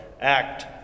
act